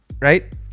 right